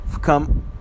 Come